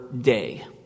day